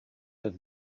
mit